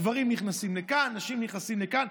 גברים נכנסים לכאן, נשים נכנסות לכאן.